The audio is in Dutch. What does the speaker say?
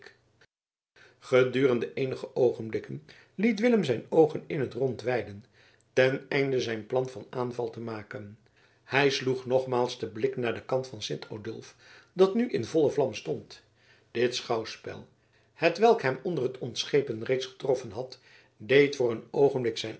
gedurende eenige oogenblikken liet willem zijn oogen in t rond weiden ten einde zijn plan van aanval te maken hij sloeg nogmaals den blik naar den kant van sint odulf dat nu in volle vlam stond dit schouwspel hetwelk hem onder het ontschepen reeds getroffen had deed voor een oogenblik zijn